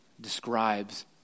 describes